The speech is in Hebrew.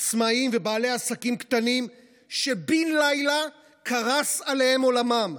עצמאים ובעלי עסקים קטנים שבן לילה קרס עליהם עולמם.